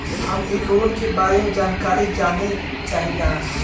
हम इ लोन के बारे मे जानकारी जाने चाहीला?